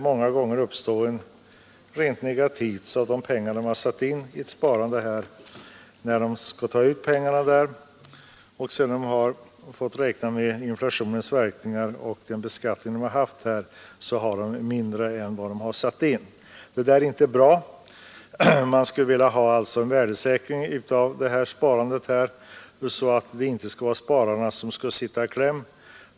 Många gånger uppstår rent negativa effekter; de pengar som satts in har minskat i värde på grund av inflation och beskattning. Detta är inte bra. Vi vill ha en värdesäkring av sparandet, så att spararna inte kommer i kläm.